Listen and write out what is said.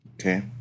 Okay